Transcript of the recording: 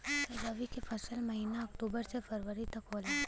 रवी फसल क महिना अक्टूबर से फरवरी तक होला